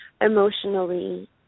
emotionally